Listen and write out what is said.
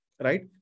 right